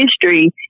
history